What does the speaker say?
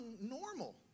normal